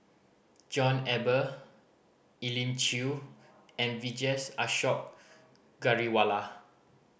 John Eber Elim Chew and Vijesh Ashok Ghariwala